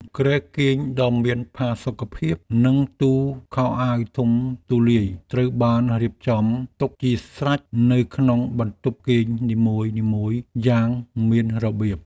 គ្រែគេងដ៏មានផាសុកភាពនិងទូខោអាវធំទូលាយត្រូវបានរៀបចំទុកជាស្រេចនៅក្នុងបន្ទប់គេងនីមួយៗយ៉ាងមានរបៀប។